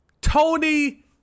Tony